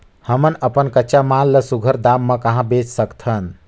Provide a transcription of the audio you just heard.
हमन अपन कच्चा माल ल सुघ्घर दाम म कहा बेच सकथन?